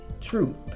truth